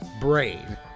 brain